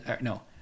no